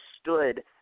stood